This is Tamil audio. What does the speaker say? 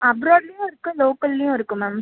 அப்ராடுலேயும் இருக்குது லோக்கல்லேயும் இருக்குது மேம்